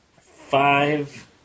five